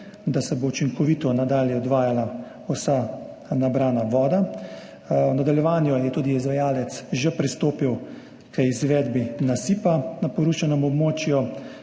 nadalje učinkovito odvajala vsa nabrana voda. V nadaljevanju je tudi izvajalec že pristopil k izvedbi nasipa na porušenem območju.